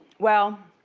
well,